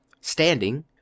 Standing